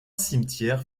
cimetière